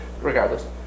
regardless